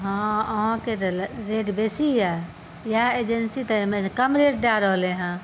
हँ अहाँके तऽ रेट बेसी यऽ इएह एजेन्सी तऽ कम रेट दए रहलै हन